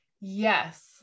Yes